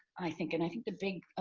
i think. and i think the big